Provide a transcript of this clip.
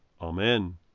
Amen